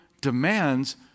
demands